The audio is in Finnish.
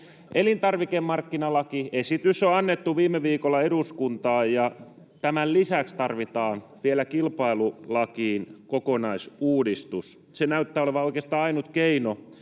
Elintarvikemarkkinalakiesitys on annettu viime viikolla eduskuntaan, ja tämän lisäksi tarvitaan vielä kilpailulakiin kokonaisuudistus. Se näyttää olevan oikeastaan ainut keino